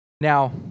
Now